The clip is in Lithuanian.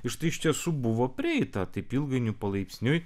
ir štai iš tiesų buvo prieita taip ilgainiui palaipsniui